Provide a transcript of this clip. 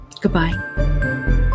goodbye